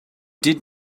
did